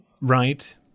right